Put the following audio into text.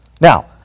Now